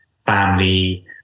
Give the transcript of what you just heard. family